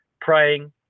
praying